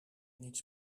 niets